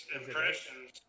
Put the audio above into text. impressions